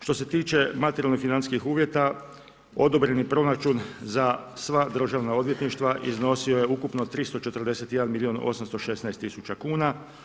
Što se tiče materijalnih financijskih uvjeta, odobren je proračun za sva državna odvjetništva iznosio je ukupno 341 milijun 816 000 kn.